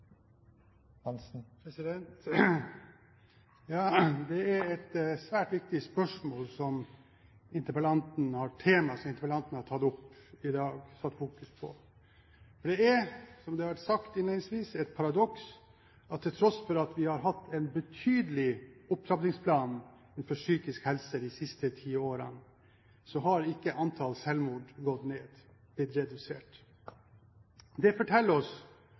et svært viktig tema som interpellanten har tatt opp og satt i fokus i dag. Det er, som det har vært sagt innledningsvis, et paradoks at til tross for at vi har hatt en betydelig opptrappingsplan innenfor psykisk helse de siste ti årene, har ikke antall selvmord blitt redusert. Det forteller oss